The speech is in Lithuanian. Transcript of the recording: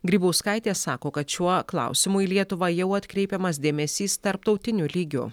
grybauskaitė sako kad šiuo klausimu į lietuvą jau atkreipiamas dėmesys tarptautiniu lygiu